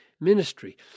ministry